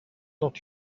not